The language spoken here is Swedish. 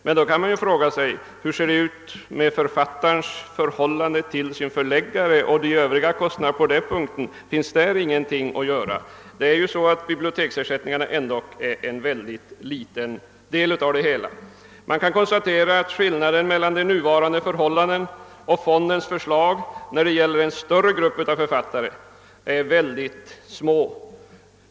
Men då kan man fråga sig hur det är med författarens förhållande till hans förläggare och övriga kostnader i samband med utgivningen och om det inte finns någonting att göra på den punkten. Biblioteksersättningen är ändock en mycken liten del av det hela. Skillnaden mellan det nuvarande förhållandet och fondens förslag när det gäller en större grupp av författare är mycket liten.